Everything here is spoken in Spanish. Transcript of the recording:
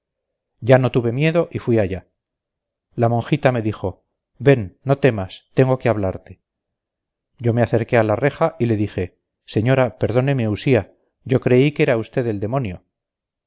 ya no tuve miedo y fui allá la monjita me dijo ven no temas tengo que hablarte yo me acerqué a la reja y le dije señora perdóneme usía yo creí que era usted el demonio